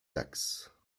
axes